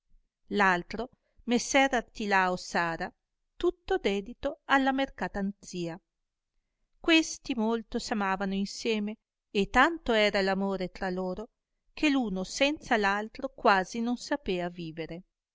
altro messer artilao sara tutto dedito alla mercatanzia questi molto s'amavano insieme e tanto era l'amore tra loro che l'uno senza l'altro quasi non sapea vivere